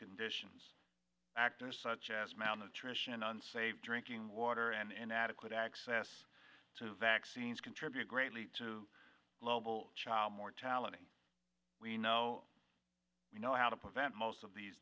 conditions actors such as malnutrition and save drinking water and inadequate access to vaccines contribute greatly to global child mortality we know we know how to prevent most of these